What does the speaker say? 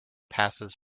passes